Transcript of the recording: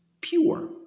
pure